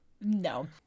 No